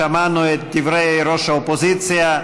שמענו את דברי ראש האופוזיציה.